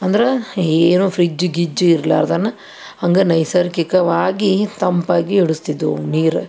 ಅಂದ್ರೆ ಏನು ಫ್ರಿಜ್ಜು ಗಿಜ್ಜು ಇರ್ಲಾರ್ದೇನೆ ಹಂಗೆ ನೈಸರ್ಗಿಕವಾಗಿ ತಂಪಾಗಿ ಹಿಡಿಸ್ತಿದ್ವು ನೀರು